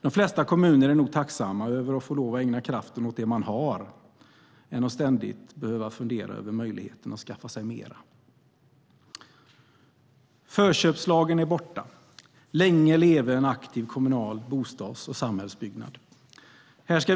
De flesta kommuner är nog tacksamma över att få lägga kraften på det man har och inte ständigt behöva fundera över möjligheten att skaffa sig mera. Förköpslagen är borta. Länge leve en aktiv kommunal bostads och samhällsbyggnad!